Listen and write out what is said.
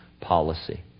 policy